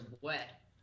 wet